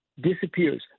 disappears